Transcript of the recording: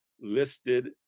listed